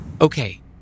Okay